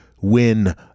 win